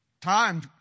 time